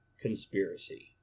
conspiracy